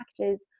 packages